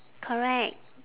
correct